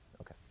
okay